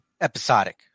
episodic